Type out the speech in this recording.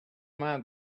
man